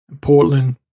Portland